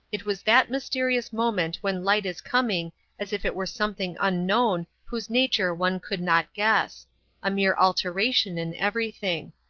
it was that mysterious moment when light is coming as if it were something unknown whose nature one could not guess a mere alteration in everything.